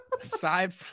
Aside